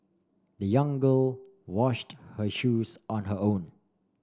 the young girl washed her shoes on her own